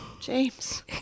James